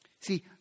See